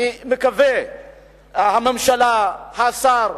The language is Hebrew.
אני מקווה שהממשלה, השר,